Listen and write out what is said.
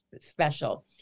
special